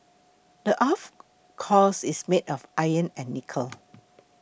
the earth's core is made of iron and nickel